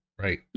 Right